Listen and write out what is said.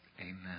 Amen